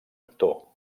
actor